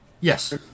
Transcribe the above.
Yes